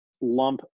lump